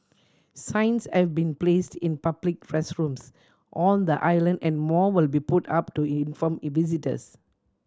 signs have been placed in public restrooms on the island and more will be put up to inform E visitors